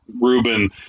Ruben